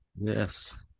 yes